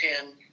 ten